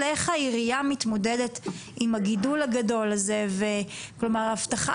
איך העירייה מתמודדת עם הגידול הגדול הזה וכלומר הבטחה